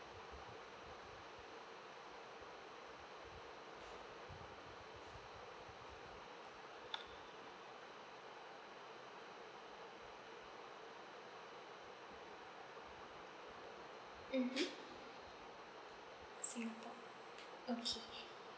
mmhmm singapore okay